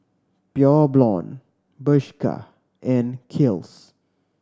Pure Blonde Bershka and Kiehl's